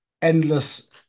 Endless